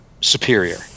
superior